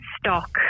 stock